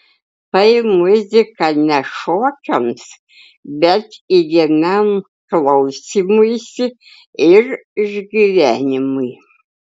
tai muzika ne šokiams bet įdėmiam klausymuisi ir išgyvenimui